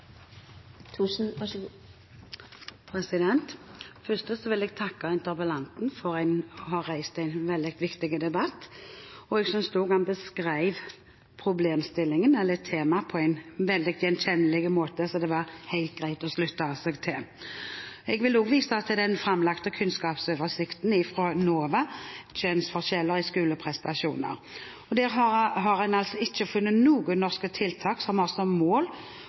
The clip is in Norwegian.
måte, så det var helt greit å slutte seg til det. Jeg vil også vise til den framlagte kunnskapsoversikten fra NOVA, Kjønnsforskjeller i skoleprestasjoner. Der har en altså ikke funnet noen norske tiltak som har som mål